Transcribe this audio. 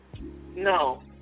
No